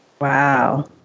Wow